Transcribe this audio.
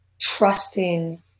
trusting